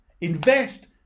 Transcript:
Invest